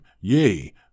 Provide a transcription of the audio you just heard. yea